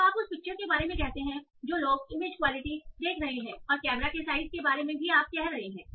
तो आप उस पिक्चर के बारे में कहते हैं जो लोग इमेज क्वालिटी देख रहे हैं और कैमरा के साइज के बारे में कह रहे हैं